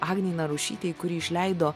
agnei narušytei kuri išleido